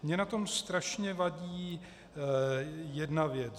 Mně na tom strašně vadí jedna věc.